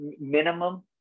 Minimum